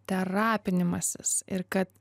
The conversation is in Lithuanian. terapinimasis ir kad